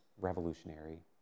revolutionary